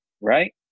right